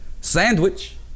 Sandwich